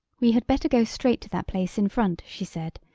we had better go straight to that place in front, she said,